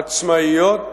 עצמאיות,